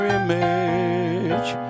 image